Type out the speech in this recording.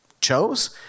chose